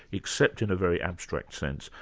except in a very abstract sense,